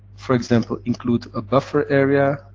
for example, include a buffer area,